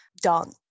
done